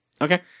Okay